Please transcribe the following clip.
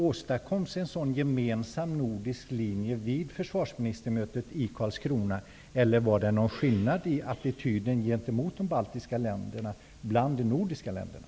Åstadkoms en sådan gemensam nordisk linje vid försvarsministermötet i Karlskrona, eller var det någon skillnad i attityden gentemot de baltiska staterna bland de nordiska länderna?